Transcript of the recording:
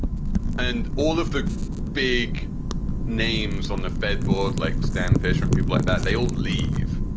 and all of the big names on the fed board like stan fisher and people like that, they all leave.